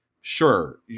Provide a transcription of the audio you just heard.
Sure